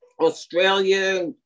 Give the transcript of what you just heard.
Australia